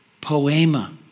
poema